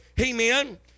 Amen